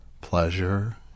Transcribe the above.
pleasure